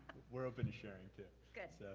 we're open to sharing too. good. so